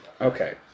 Okay